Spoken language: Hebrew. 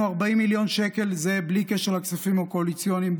בלי קשר לכספים הקואליציוניים,